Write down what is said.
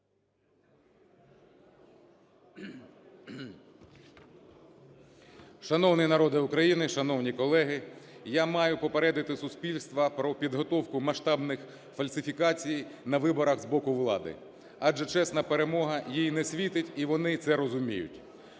Шановний народе України, шановні колеги! Я маю попередити суспільство про підготовку масштабних фальсифікацій на виборах з боку влади, адже чесна перемога їй не світить, і вони це розуміють.